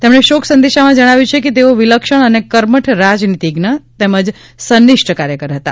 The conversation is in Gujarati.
તેમણે શોક સંદેશામાં જણાવ્યું છે કે તેઓ વિલક્ષણ અને કર્મઠ રાજનિતિજ્ઞ તેમજ સંનિષ્ઠ કાર્યકર હતા